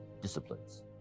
Disciplines